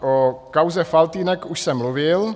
O kauze Faltýnek už jsem mluvil.